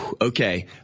Okay